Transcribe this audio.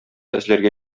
эзләргә